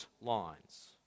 lines